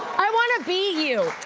i want to be you,